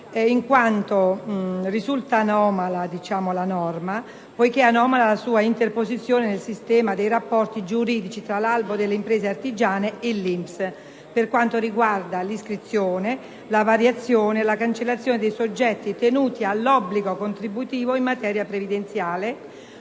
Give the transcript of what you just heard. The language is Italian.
infatti è anomala perché tale è la sua interposizione nel sistema dei rapporti giuridici tra l'albo delle imprese artigiane e l'INPS per quanto riguarda l'iscrizione, la variazione e la cancellazione dei soggetti tenuti all'obbligo contributivo in materia previdenziale,